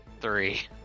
three